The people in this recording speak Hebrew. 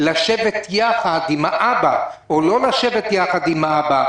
לשבת יחד עם האבא או לא לשבת יחד עם האבא.